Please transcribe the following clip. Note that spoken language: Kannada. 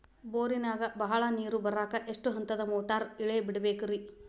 ಬೋರಿನಾಗ ಬಹಳ ನೇರು ಬರಾಕ ಎಷ್ಟು ಹಂತದ ಮೋಟಾರ್ ಇಳೆ ಬಿಡಬೇಕು ರಿ?